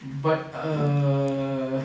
but err